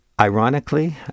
Ironically